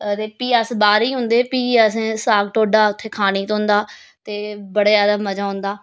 ते फ्ही अस बाह्रै गी औंदे फ्ही असें साग टोडा उत्थै खाने गी थ्होंदा ते बड़ा ज्यादा मज़ा औंदा